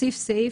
לעולים,